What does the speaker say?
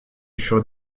furent